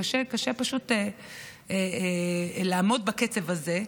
קשה, קשה פשוט לעמוד בקצב הזה.